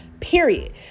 period